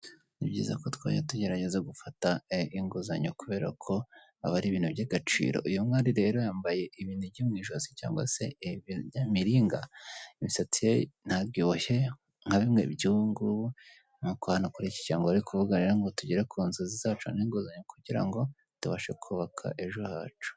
Ni byiza ko twajya tugerageza gufata inguzanyo kubera ko aba ari ibintu by'agaciro, uyu mwari rero yambaye ibinigi mu ijosi cyangwa se imiringa, imisatsi ye ntago iboshye nka bimwe byubungubu, nk'uko hano kuri iki kirango bari kuvuga rero ngo tugere ku nzozi zacu n'inguzanyo kugira ngo tubashe kubaka ejo hacu.